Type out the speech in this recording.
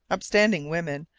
upstanding women,